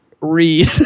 read